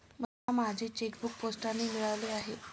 मला माझे चेकबूक पोस्टाने मिळाले आहे